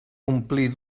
omplir